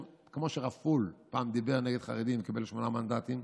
כמו שרפול פעם דיבר נגד חרדים וקיבל שמונה מנדטים,